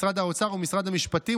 משרד האוצר ומשרד המשפטים.